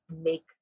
make